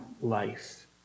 life